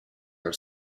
are